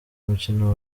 umukino